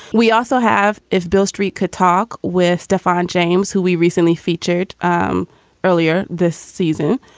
we also have if beale street could talk with stephane james, who we recently featured um earlier this season